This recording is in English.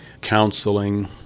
counseling